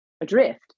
adrift